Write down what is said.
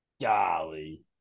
Golly